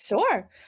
Sure